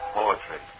poetry